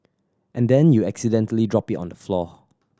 and then you accidentally drop it on the floor